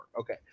Okay